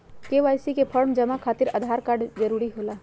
KYC form जमा खातिर Aadhaar card जरूरी होला?